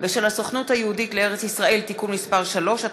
ושל הסוכנות היהודית לארץ-ישראל (תיקון מס' 3),